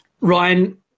Ryan